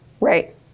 Right